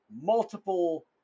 multiple